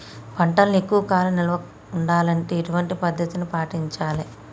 పంటలను ఎక్కువ కాలం నిల్వ ఉండాలంటే ఎటువంటి పద్ధతిని పాటించాలే?